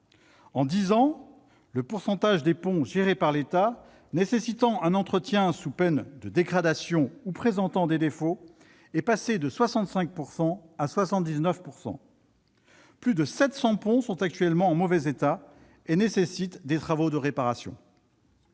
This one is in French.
En dix ans, le pourcentage des ponts gérés par l'État nécessitant un entretien sous peine de dégradation ou présentant des défauts a bondi de 65 % à 79 %. Plus de 700 ponts sont actuellement en mauvais état et exigent des travaux de réparation.